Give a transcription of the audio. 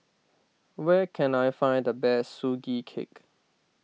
where can I find the best Sugee Cake